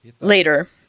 later